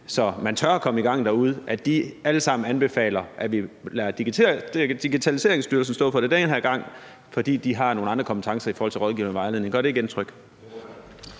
så man tør komme i gang derude, alle sammen anbefaler, at vi lader Digitaliseringsstyrelsen stå for det den her gang, fordi de har nogle andre kompetencer i forhold til rådgivning og vejledning? Kl. 11:31 Anden